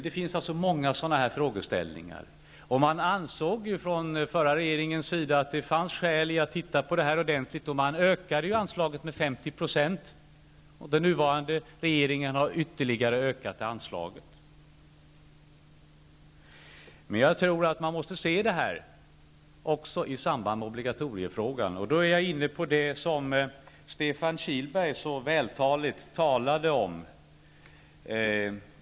Det finns många sådana frågeställningar. Den förra regeringen ansåg att det fanns skäl att titta på detta ordentligt. Man ökade anslaget med 50 %, och den nuvarande regeringen har ytterligare ökat anslaget. Jag tror att man måste se på detta i samband med frågan om obligatoriet. Därmed är jag inne på det som Stefan Kihlberg så vältaligt berörde.